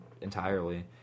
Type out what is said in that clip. entirely